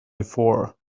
before